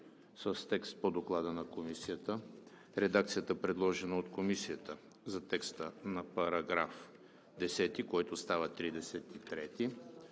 с текст по Доклада на Комисията; редакцията, предложена от Комисията за текста на § 10, който става 33;